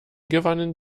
gewannen